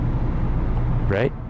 Right